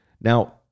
Now